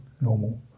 normal